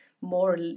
more